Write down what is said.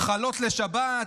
חלות לשבת,